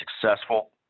successful